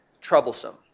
troublesome